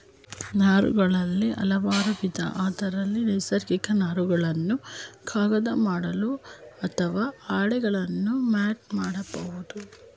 ನಾರುಗಳಲ್ಲಿ ಹಲವಾರುವಿಧ ಅದ್ರಲ್ಲಿ ನೈಸರ್ಗಿಕ ನಾರುಗಳನ್ನು ಕಾಗದ ಮಾಡಲು ಅತ್ವ ಹಾಳೆಗಳ ಮ್ಯಾಟ್ ಮಾಡ್ಬೋದು